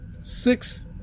six